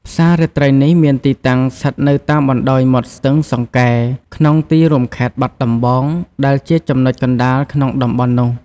ផ្សាររាត្រីនេះមានទីតាំងស្ថិតនៅតាមបណ្តោយមាត់ស្ទឹងសង្កែ ក្នុងទីរួមខេត្តបាត់ដំបង ដែលជាចំណុចកណ្តាលក្នុងតំបន់នោះ។